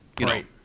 Right